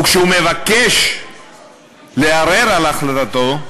וכשהוא מבקש לערור על החלטתה,